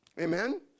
Amen